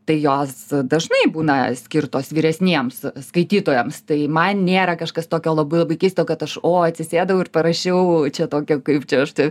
tai jos dažnai būna skirtos vyresniems skaitytojams tai man nėra kažkas tokio labai labai keisto kad aš o atsisėdau ir parašiau čia tokią kaip čia aš tai